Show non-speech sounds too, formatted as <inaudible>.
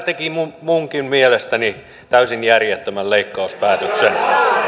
<unintelligible> teki minunkin mielestäni täysin järjettömän leikkauspäätöksen